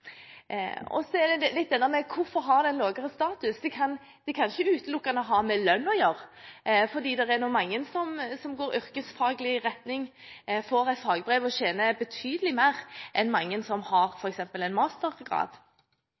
Så litt om dette: Hvorfor har det lavere status? Det kan ikke utelukkende ha med lønn å gjøre, for mange som går yrkesfaglig retning og får et fagbrev, tjener betydelig mer enn mange som har f.eks. en mastergrad.